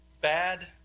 bad